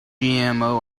gmo